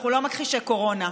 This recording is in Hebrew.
אנחנו לא מכחישי קורונה,